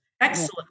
Excellent